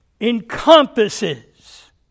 encompasses